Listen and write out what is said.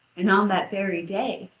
and on that very day,